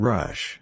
Rush